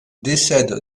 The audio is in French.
décède